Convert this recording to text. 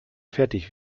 fertig